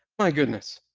my goodness.